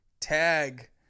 tag